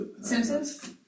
Simpsons